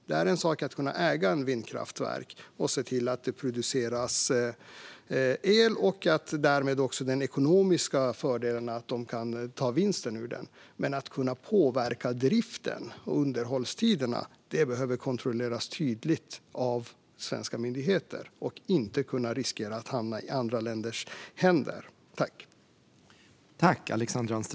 Det är en sak att kunna äga ett vindkraftverk och se till att det producerar el och därmed ger en ekonomiska fördel så att man kan ta ut vinst och en annan sak att kunna påverka driften och underhållstiderna. Detta behöver tydligt kontrolleras av svenska myndigheter så att det inte riskerar att hamna i händerna på andra länder.